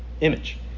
image